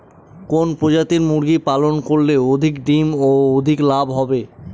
কোন প্রজাতির মুরগি পালন করলে অধিক ডিম ও অধিক লাভ হবে?